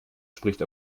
spricht